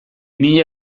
mila